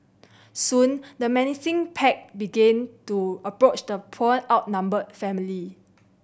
soon the menacing pack began to approach the poor outnumbered family